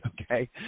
Okay